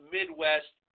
Midwest